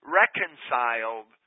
reconciled